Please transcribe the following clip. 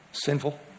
Sinful